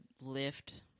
lift